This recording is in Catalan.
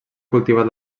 cultivat